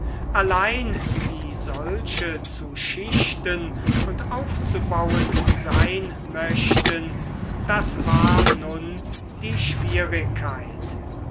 allein wie solche zu schichten und aufzubauen sein möchten das war nun die schwierigkeit